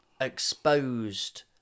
exposed